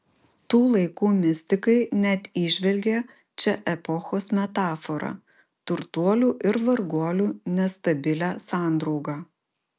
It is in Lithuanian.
tų laikų mistikai net įžvelgė čia epochos metaforą turtuolių ir varguolių nestabilią sandraugą